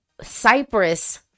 Cyprus